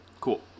Cool